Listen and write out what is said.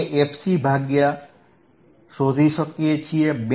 અમે fC ભાગ્યા શોધી શકીએ છીએ